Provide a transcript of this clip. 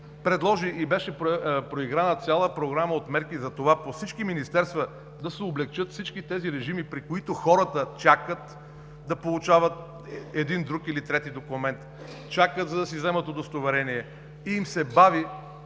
предложи и беше проиграна цяла програма от мерки за това по всички министерства да се облекчат режимите, при които хората чакат да получават един, друг или трети документ, чакат, за да си вземат удостоверение и им се бави